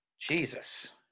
Jesus